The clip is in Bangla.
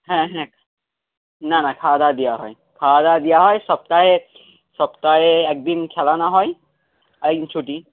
হ্যাঁ হ্যাঁ না না খাওয়া দাওয়া দেওয়া হয় খাওয়া দাওয়া দেওয়া হয় সপ্তাহে সপ্তাহে একদিন খেলানো হয় আর ছুটি